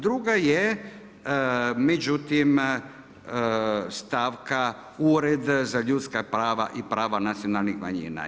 Druga je međutim stavka Ured za ljudska prava i prava nacionalnih manjina.